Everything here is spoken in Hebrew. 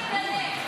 האם אתה מגנה?